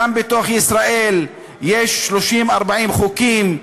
גם בתוך ישראל יש 30 40 חוקים,